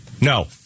no